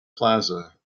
plaza